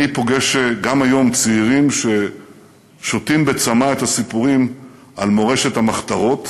אני פוגש גם היום צעירים ששותים בצמא את הסיפורים על מורשת המחתרות.